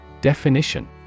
Definition